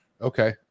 okay